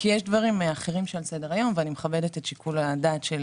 יש דברים אחרים שעל סדר הדעת ואני מכבדת את שיקול הדעת של